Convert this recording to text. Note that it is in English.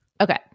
Okay